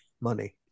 money